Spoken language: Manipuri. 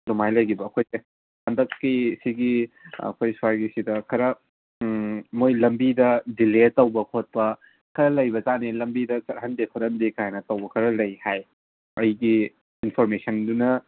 ꯑꯗꯨꯃꯥꯏꯅ ꯂꯩꯈꯤꯕ ꯑꯩꯈꯣꯏꯁꯦ ꯍꯟꯗꯛꯀꯤ ꯁꯤꯒꯤ ꯑꯩꯈꯣꯏ ꯁ꯭ꯋꯥꯏꯒꯤꯁꯤꯗ ꯈꯔ ꯃꯈꯣꯏ ꯂꯝꯕꯤꯗ ꯗꯤꯂꯦ ꯇꯧꯕ ꯈꯣꯠꯄ ꯈꯔ ꯂꯩꯕꯖꯥꯠꯅꯤ ꯂꯝꯕꯤꯗ ꯆꯠꯍꯟꯗꯦ ꯈꯣꯠꯍꯟꯗꯦ ꯀꯥꯏꯅ ꯇꯧꯕ ꯈꯔ ꯂꯩ ꯍꯥꯏ ꯑꯩꯒꯤ ꯏꯟꯐꯣꯔꯃꯦꯁꯟꯗꯨꯅ